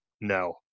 no